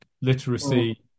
literacy